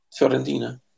Fiorentina